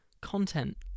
content